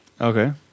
Okay